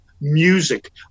music